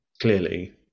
clearly